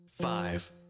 five